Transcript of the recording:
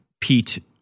Pete